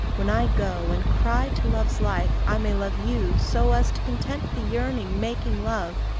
when i go and cry to love's life i may love you so as to content the yearning, making love,